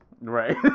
Right